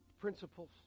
principles